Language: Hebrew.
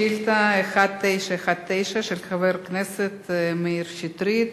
שאילתא מס' 1919, של חבר הכנסת מאיר שטרית,